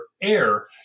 air